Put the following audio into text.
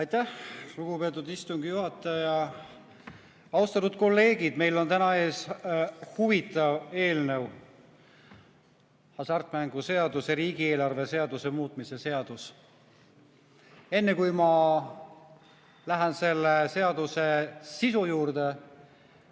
Aitäh, lugupeetud istungi juhataja! Austatud kolleegid! Meil on täna ees huvitav eelnõu: hasartmängumaksu seaduse ja riigieelarve seaduse muutmise seadus. Enne kui ma lähen selle seaduse sisu juurde,